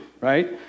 right